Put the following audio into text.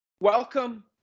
Welcome